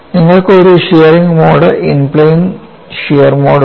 നിങ്ങൾക്ക് ഒരു shearing mode in plane shear mode ഉണ്ട്